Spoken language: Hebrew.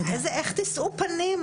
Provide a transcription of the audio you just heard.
איך תשאו פנים,